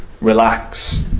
Relax